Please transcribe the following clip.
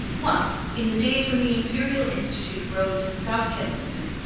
once, in the days when the imperial institute rose in south kensington,